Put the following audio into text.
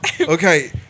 okay